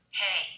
hey